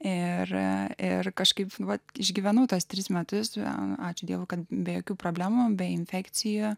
ir kažkaip vat išgyvenau tas tris metus draugavome ačiū dievui be jokių problemų bei infekciją